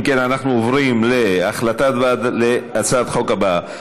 אנחנו עוברים לנושא הבא,